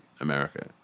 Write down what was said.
America